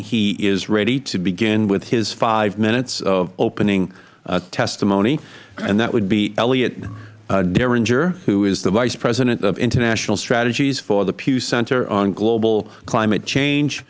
he is ready to begin with his five minutes of opening testimony and that would be elliot diringer who is the vice president of international strategies for the pew center on global climate change